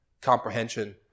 comprehension